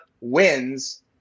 wins